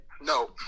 No